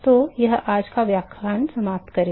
तो वह आज का व्याख्यान समाप्त करेगा